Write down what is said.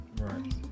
Right